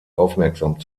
aufmerksam